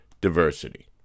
diversity